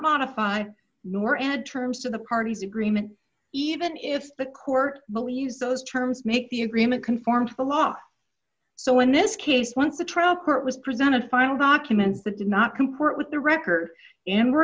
modify nor add terms to the parties agreement even if the court will use those terms make the agreement conform to the law so in this case once the trial court was presented final documents that did not comport with the record in were